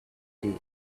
day